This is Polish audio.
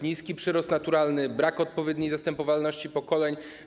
Niski przyrost naturalny, brak odpowiedniej zastępowalności pokoleń.